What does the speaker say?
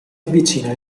avvicina